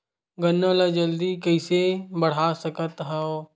गन्ना ल जल्दी कइसे बढ़ा सकत हव?